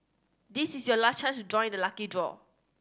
this is your last chance to join the lucky draw